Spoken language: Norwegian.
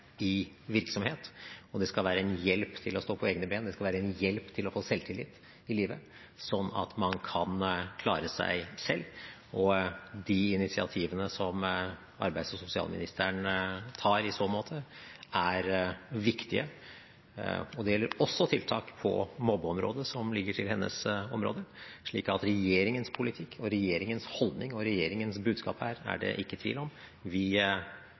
i virksomhet. Det skal være en hjelp til å stå på egne ben, det skal være en hjelp til å få selvtillit i livet, sånn at man kan klare seg selv. De initiativene som arbeids- og sosialministeren tar i så måte, er viktige. Det gjelder også tiltak på mobbeområdet, som ligger til hennes område. Så regjeringens politikk, regjeringens holdning og regjeringens budskap her er det ikke tvil om. Vi aksepterer ikke mobbing. Vi mener mobbing er skadelig og skal bekjempes. Og vi